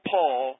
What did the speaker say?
Paul